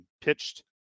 pitched